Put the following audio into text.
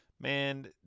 man